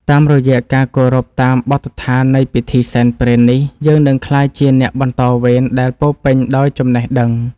តាមរយៈការគោរពតាមបទដ្ឋាននៃពិធីសែនព្រេននេះយើងនឹងក្លាយជាអ្នកបន្តវេនដែលពោរពេញដោយចំណេះដឹង។